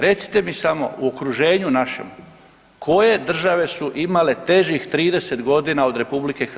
Recite mi samo, u okruženju našem, koje države su imale težih 30 godina od RH?